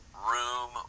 Room